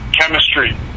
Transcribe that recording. chemistry